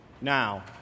now